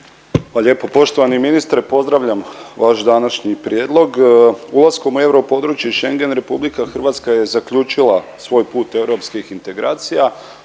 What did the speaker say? lijepo. Poštovani ministre, pozdravljam vaš današnji prijedlog. Ulaskom u europodručje i Schengen, RH je zaključila svoj put europskih integracija.